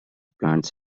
plants